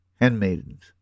handmaidens